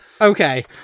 okay